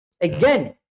again